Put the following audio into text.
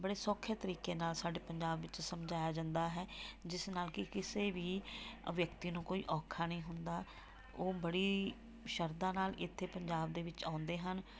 ਬੜੇ ਸੌਖੇ ਤਰੀਕੇ ਨਾਲ ਸਾਡੇ ਪੰਜਾਬ ਵਿੱਚ ਸਮਝਾਇਆ ਜਾਂਦਾ ਹੈ ਜਿਸ ਨਾਲ ਕਿ ਕਿਸੇ ਵੀ ਵਿਅਕਤੀ ਨੂੰ ਕੋਈ ਔਖਾ ਨਹੀਂ ਹੁੰਦਾ ਉਹ ਬੜੀ ਸ਼ਰਧਾ ਨਾਲ ਇੱਥੇ ਪੰਜਾਬ ਦੇ ਵਿੱਚ ਆਉਂਦੇ ਹਨ